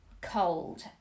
cold